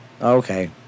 Okay